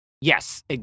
Yes